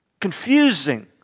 confusing